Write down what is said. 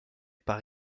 par